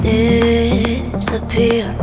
disappear